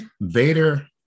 Vader